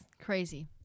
Crazy